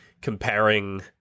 comparing